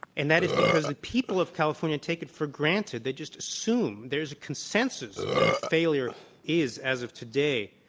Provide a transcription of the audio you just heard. and that is because the people of california take it for granted, they just assume, there is a consensus that the failure is as of today,